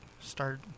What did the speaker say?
start